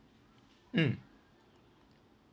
mm